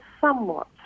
somewhat